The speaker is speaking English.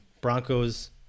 Broncos